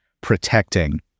protecting